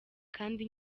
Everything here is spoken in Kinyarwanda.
kandi